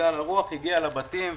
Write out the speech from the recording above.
ובגלל הרוח האש הגיעה לבתים.